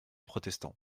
protestants